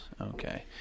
okay